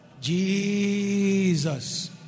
Jesus